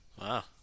Wow